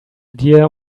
idea